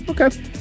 Okay